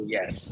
Yes